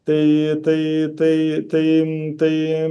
tai tai tai tai tai